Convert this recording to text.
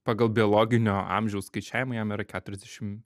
pagal biologinio amžiaus skaičiavimai jam yra keturiasdešim